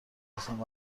برساند